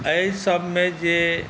एहिसबमे जे